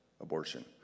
abortion